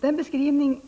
Den beskrivning